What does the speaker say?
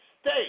state